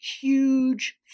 huge